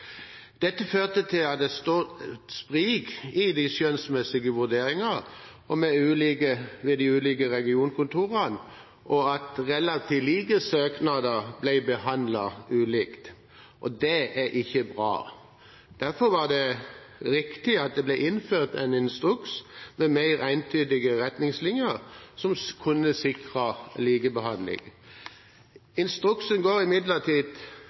Dette førte til et stort sprik i de skjønnsmessige vurderingene ved de ulike regionskontorene, og relativt like søknader ble behandlet ulikt. Det er ikke bra. Derfor var det riktig at det ble innført en instruks med mer entydige retningslinjer, som kunne sikre likebehandling. Instruksen går imidlertid